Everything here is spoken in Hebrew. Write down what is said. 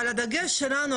אבל הדגש שלנו,